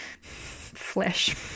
flesh